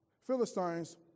Philistines